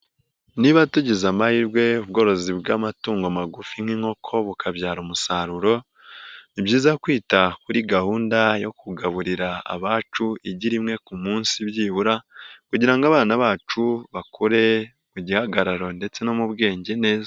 Niba tugize amahirwe ubworozi bw'amatungo magufi n'inkoko bukabyara umusaruro, ni byiza kwita kuri gahunda yo kugaburira abacu igi rimwe ku munsi byibura, kugira ngo abana bacu bakure mu gihagararo ndetse no mu bwenge neza.